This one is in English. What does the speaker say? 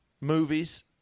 Movies